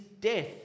death